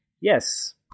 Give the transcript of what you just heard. yes